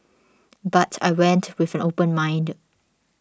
but I went with an open mind